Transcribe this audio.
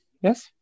Yes